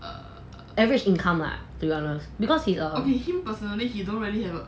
the average income lah to be honest